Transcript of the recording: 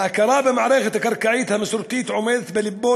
ההכרה במערכת הקרקעית המסורתית עומדת בלבו